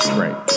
right